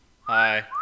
Hi